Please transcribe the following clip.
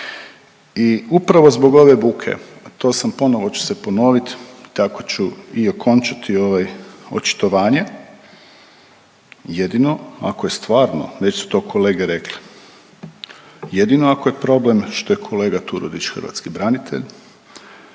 I upravo zbog ove buke to sam ponovo ću se ponovit tako ću i okončati ovaj očitovanje jedino ako je stvarno, već su to kolege rekle, jedino ako je problem što je kolega Turudić hrvatski branitelj,